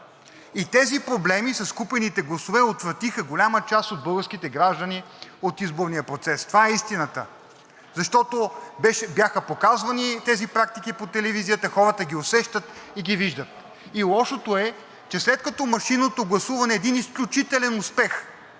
и тези проблеми с купените гласове отвратиха голяма част от българските граждани от изборния процес – това е истината. Защото бяха показвани тези практики по телевизията, хората ги усещат и ги виждат. И лошото е, че след като машинното гласуване е един изключителен успех